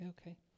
okay